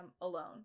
alone